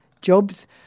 Jobs